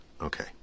Okay